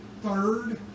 third